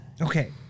Okay